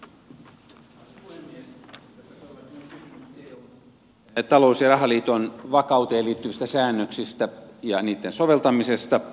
tässä todellakin on kysymys eun talous ja rahaliiton vakauteen liittyvistä säännöksistä ja niitten soveltamisesta